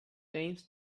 aims